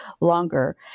longer